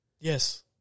Yes